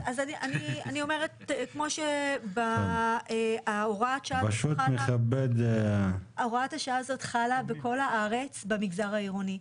אני אומרת הוראת השעה הזאת חלה בכל הארץ במגזר העירוני,